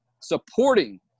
supporting